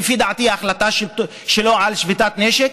שלפי דעתי, ההחלטה שלו על שביתת נשק,